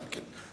גם כן.